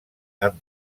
han